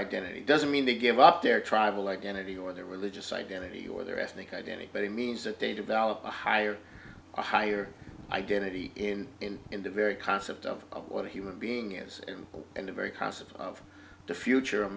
identity doesn't mean they give up their tribal identity or their religious identity or their ethnic identity but it means that they develop a higher or higher identity in in in the very concept of what a human being is and and the very concept of the future of